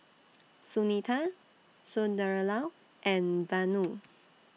Sunita Sunderlal and Vanu